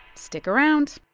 stick around